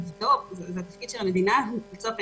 זה תפקיד של המדינה לצורך העניין,